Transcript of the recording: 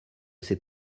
ces